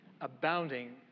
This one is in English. abounding